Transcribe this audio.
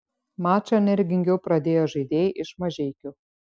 mačą energingiau pradėjo žaidėjai iš mažeikių